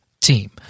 team